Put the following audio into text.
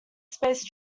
space